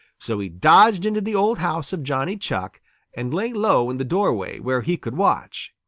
so he dodged into the old house of johnny chuck and lay low in the doorway, where he could watch.